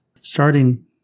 starting